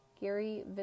Gary